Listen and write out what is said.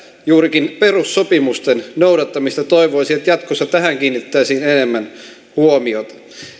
juurikin perussopimusten noudattamista toivoisin että jatkossa tähän kiinnitettäisiin enemmän huomiota